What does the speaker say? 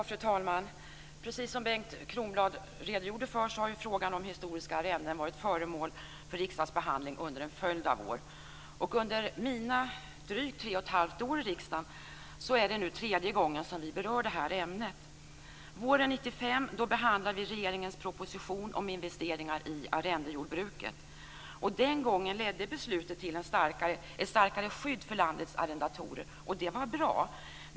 Fru talman! Precis som Bengt Kronblad redogjorde för har frågan om historiska arrenden varit föremål för riksdagens behandling under en följd av år. Under mina dryga tre och ett halvt år i riksdagen är det nu tredje gången ämnet berörs. Våren 1995 behandlade riksdagen regeringens proposition om investeringar i arrendejordbruket. Den gången ledde beslutet till ett starkare skydd för landets arrendatorer, och det var bra.